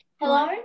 Hello